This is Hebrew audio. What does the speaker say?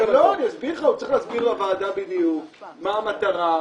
הוא צריך להסביר לוועדה בדיוק מה המטרה,